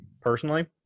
personally